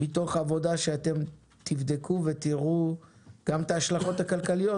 מתוך עבודה שאתם תבדקו ותראו גם את ההשלכות הכלכליות,